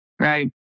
right